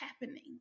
happening